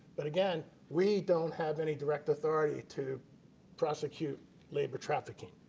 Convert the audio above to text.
but again we don't have any direct authority to prosecute labor trafficking.